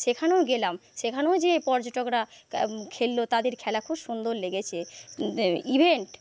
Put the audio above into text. সেখানেও গেলাম সেখানেও যেয়ে পর্যটকরা খেললো তাদের খেলা খুব সুন্দর লেগেছে ইভেন্ট